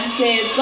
says